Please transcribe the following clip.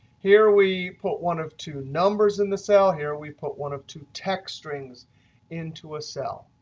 here we put one of two numbers in the cell. here we put one of two text strings into a cell.